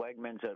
Wegman's